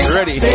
ready